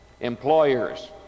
employers